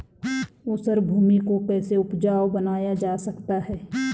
ऊसर भूमि को कैसे उपजाऊ बनाया जा सकता है?